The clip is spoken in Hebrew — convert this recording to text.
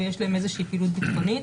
ויש להן איזושהי פעילות ביטחונית.